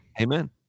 Amen